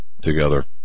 together